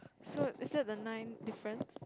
so is that the nine different